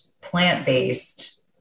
plant-based